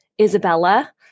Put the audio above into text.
Isabella